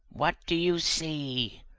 what do you see?